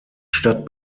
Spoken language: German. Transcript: stadt